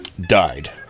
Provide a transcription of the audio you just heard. Died